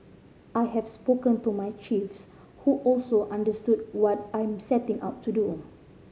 I have spoken to my chiefs who also understood what I'm setting out to do